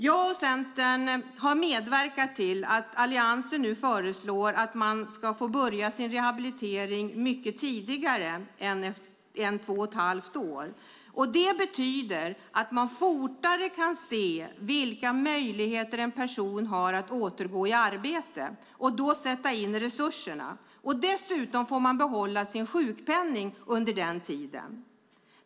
Jag och Centern har medverkat till att Alliansen nu föreslår att människor ska få börja sin rehabilitering mycket tidigare än efter två och ett halvt år. Det betyder att man fortare kan se vilka möjligheter en person har att återgå i arbete och då sätta in resurserna. Dessutom får denna person behålla sin sjukpenning under den tiden.